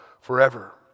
forever